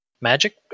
magic